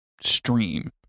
stream